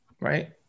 right